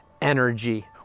energy